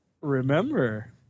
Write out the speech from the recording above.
remember